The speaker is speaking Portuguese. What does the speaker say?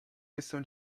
lição